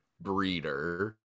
breeder